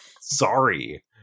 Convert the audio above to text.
sorry